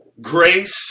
grace